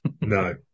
no